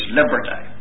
liberty